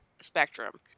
spectrum